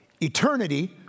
Eternity